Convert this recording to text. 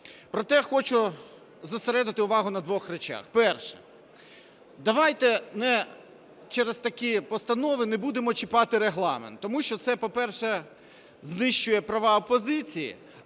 Проте хочу зосередити увагу на двох речах. Перше. Давайте через такі постанови не будемо чіпати Регламент. Тому що це, по-перше, знищує права опозиції